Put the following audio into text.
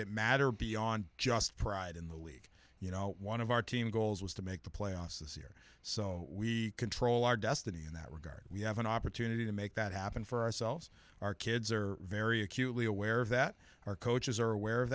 that matter beyond just pride in the league you know one of our team goals was to make the playoffs this year so we control our destiny in that regard we have an opportunity to make that happen for ourselves our kids are very acutely aware of that our coaches are aware of